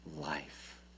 life